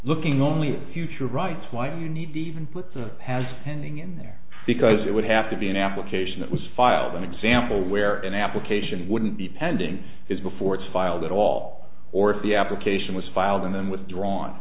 looking only future rights why you need to even put the has pending in there because it would have to be an application that was filed an example where an application wouldn't be pending is before it's filed at all or if the application was filed and then withdrawn